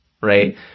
right